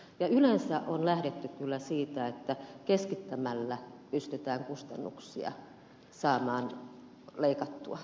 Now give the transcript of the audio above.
yleensä on lähdetty kyllä siitä että keskittämällä pystytään kustannuksia saamaan leikatuksi